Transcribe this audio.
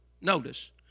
Notice